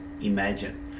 imagine